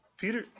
Peter